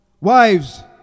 Wives